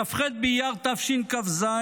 בכ"ח באייר תשכ"ז,